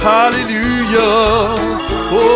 Hallelujah